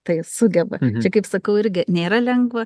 tai sugeba čia kaip sakau irgi nėra lengva